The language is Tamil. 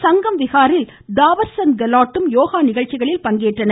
சங்கம் விஹாரில் தாவர் சந்த் கெலாட்டும் யோகா நிகழ்ச்சிகளில் பங்கேற்றனர்